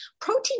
Protein